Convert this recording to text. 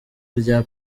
rya